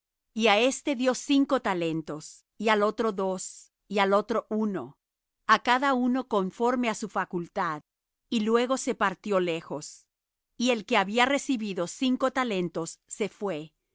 á éste dió cinco talentos y al otro dos y al otro uno á cada uno conforme á su facultad y luego se partió lejos y el que había recibido cinco talentos se fué